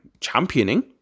championing